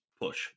push